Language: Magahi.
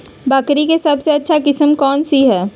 बकरी के सबसे अच्छा किस्म कौन सी है?